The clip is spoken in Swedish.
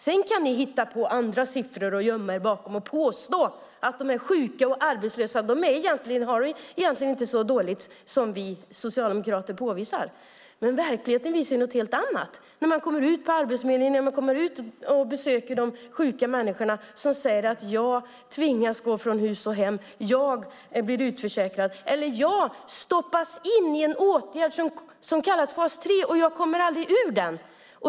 Sedan kan ni hitta på andra siffror att gömma er bakom och påstå att de sjuka och arbetslösa egentligen inte har det så dåligt som vi socialdemokrater påvisar. Men verkligheten visar någonting helt annat. När man kommer ut på Arbetsförmedlingen och besöker de sjuka människorna hör man dem säga: Jag tvingas gå från hus och hem. Jag blir utförsäkrad. Jag stoppas in i en åtgärd som kallas fas 3, och jag kommer aldrig ur den.